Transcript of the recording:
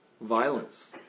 violence